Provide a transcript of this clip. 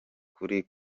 kuri